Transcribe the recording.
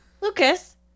lucas